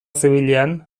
zibilean